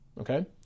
okay